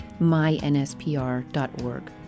MyNSPR.org